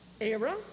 era